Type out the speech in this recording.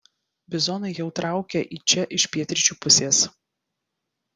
bizonai jau traukia į čia iš pietryčių pusės